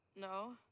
No